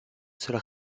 seul